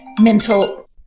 mental